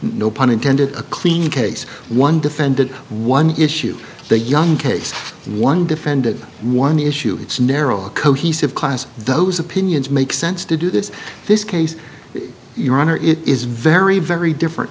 no pun intended a clean case one defended one issue the young case one defended one issue it's narrow a cohesive class those opinions make sense to do this this case your honor it is very very different